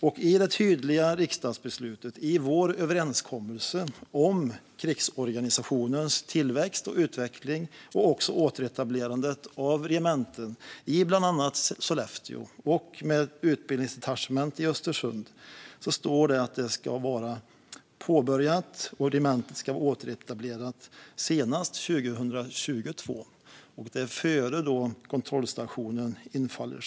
Men i det tydliga riksdagsbeslutet och i vår överenskommelse om krigsorganisationens tillväxt och utveckling, med återetablerande av regemente ibland annat Sollefteå och med ett utbildningsdetachement i Östersund, står det att det ska vara påbörjat och regementet återetablerat senast 2022. Det är före det att kontrollstationen infaller.